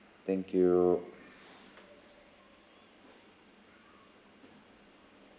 thank you